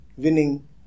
winning